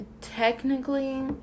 Technically